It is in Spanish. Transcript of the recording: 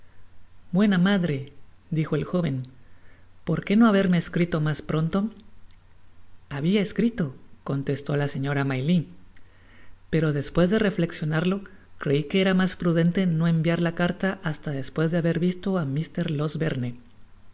buena madre dijo el jovenpor qué no haberme escrito mas pronto habia escrito contestó la señora maylie pero después de reflecsionarlo crei que era mas prudente no enviar la carta hasta despues de haber visto á mr